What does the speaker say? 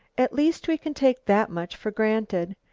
at least we can take that much for granted,